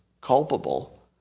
culpable